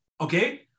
okay